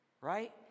Right